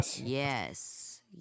yes